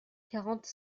quarante